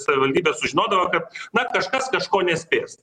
savivaldybė sužinodavo kad mat kažkas kažko nespės